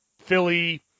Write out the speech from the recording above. Philly